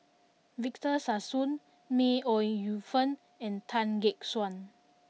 Victor Sassoon May Ooi Yu Fen and Tan Gek Suan